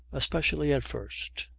especially at first.